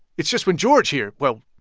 it's just when george here, well,